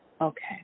Okay